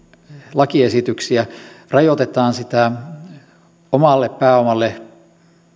lakiesityksiä rajoitetaan sitä omalle pääomalle